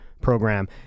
program